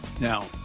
Now